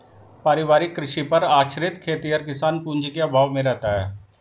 पारिवारिक कृषि पर आश्रित खेतिहर किसान पूँजी के अभाव में रहता है